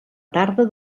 tarda